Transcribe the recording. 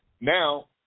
Now